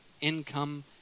income